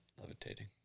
levitating